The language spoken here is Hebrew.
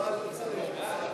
ההסתייגות של קבוצת